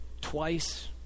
twice